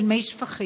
של מי שפכים,